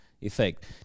effect